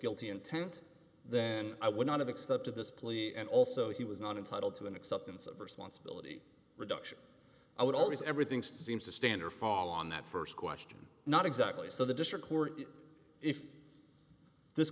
guilty intent then i would not have accepted this plea and also he was not entitled to an acceptance of responsibility reduction i would always everything seems to stand or fall on that st question not exactly so the district court if this